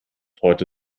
heute